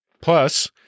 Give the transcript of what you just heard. Plus